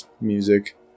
music